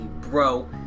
bro